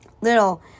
little